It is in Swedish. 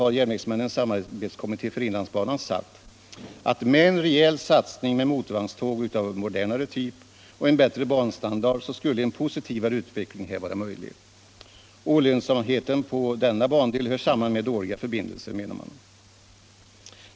har järnvägsmännens samarbetskommitté för inlandsbanan sagt att med en rejäl satsning på motorvagnståg av modernare typ och en bättre banstandard skulle en positivare utveckling här vara möjlig. Och olönsamheten på denna bandel hör samman med dåliga förbindelser, menar man.